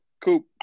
coop